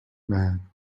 man